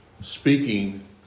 speaking